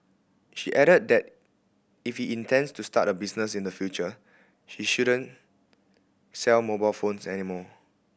she added that if he intends to start a business in the future he shouldn't sell mobile phones any more